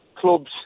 clubs